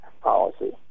policy